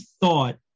thought